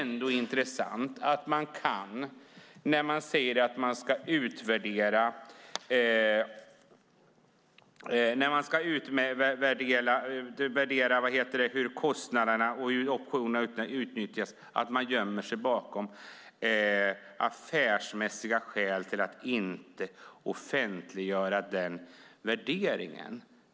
När man utvärderar kostnaderna och hur optionerna kan utnyttjas gömmer man sig bakom affärsmässiga skäl för att inte offentliggöra utvärderingen.